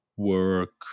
Work